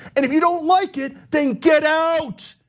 and if you don't like it, then get out.